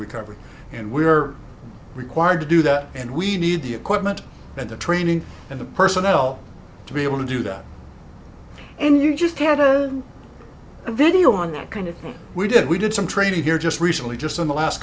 recovery and we are required to do that and we need the equipment and the training and the personnel to be able to do that and you just had a video on that kind of thing we did we did some training here just recently just in the last